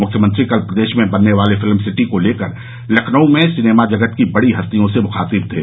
मुख्यमंत्री कल प्रदेश में बनने वाली फिल्म सिटी को लेकर लखनऊ में सिनेमा जगत की बड़ी हस्तियों से मुखातिब थे